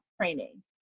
training